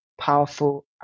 powerful